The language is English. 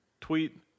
tweet